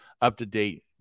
up-to-date